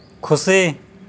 ᱠᱷᱩᱥᱤ